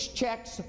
checks